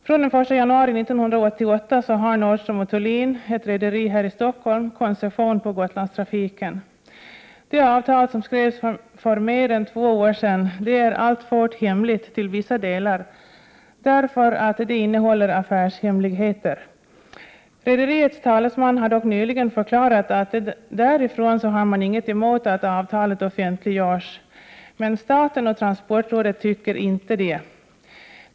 Från den 1 januari 1988 har Nordström & Thulin, ett rederi här i Stockholm, koncession på Gotlandstrafiken. Det avtal som skrevs för mer än två år sedan är alltfort hemligt till vissa delar, eftersom det innehåller affärshemligheter. Rederiets talesman har dock nyligen förklarat att man därifrån inte har någonting emot att avtalet offentliggörs. Men staten och transportrådet tycker inte att det skall offentliggöras.